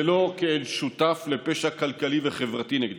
ולא כאל שותף לפשע כלכלי וחברתי נגדם.